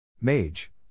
Mage